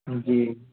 जी